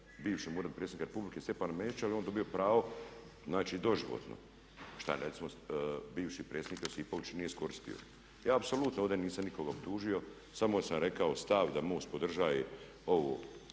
bivšem uredu predsjednika Republike Stjepana Mesića jer je on dobio pravo znači doživotno šta recimo bivši predsjednik Josipović nije iskoristio. Ja apsolutno ovdje nisam nikoga optužio samo sam rekao stav da MOST podržava ovaj